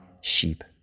sheep